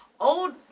old